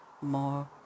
more